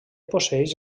posseeix